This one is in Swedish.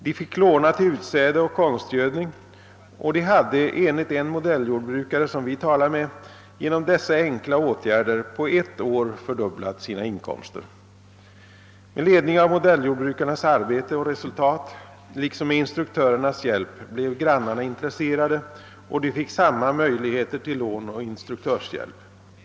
De fick låna till utsäde och konstgödning, och de hade enligt en modelljordbrukare, som vi talade med, genom dessa enkla åtgärder på ett år fördubblat sina inkomster. Med ledning av modelljordbrukarnas arbete och resultat liksom med instruktörernas hjälp blev grannarna intresserade, och de fick samma möjligheter till lån och instruktörshjälp.